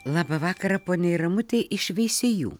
labą vakarą poniai ramutei iš veisiejų